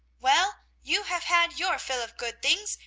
well, you have had your fill of good things,